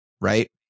right